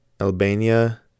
Albania